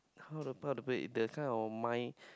how to how to play that kind of mind